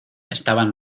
estaban